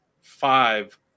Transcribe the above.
five